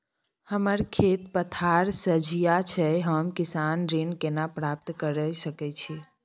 हमर खेत पथार सझिया छै हम किसान ऋण केना प्राप्त के सकै छी?